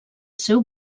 seu